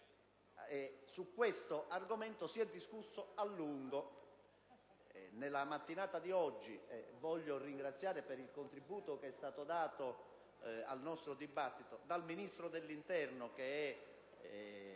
Su questo argomento si è discusso a lungo nella mattinata di oggi. Voglio ringraziare per il contributo dato al nostro dibattito il Ministro dell'interno,